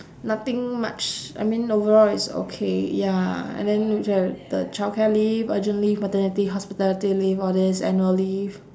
nothing much I mean overall it's okay ya and then we have the childcare leave urgent leave maternity hospitality leave all this annual leave